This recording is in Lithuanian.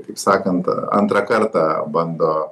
kaip sakant antrą kartą bando